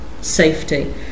safety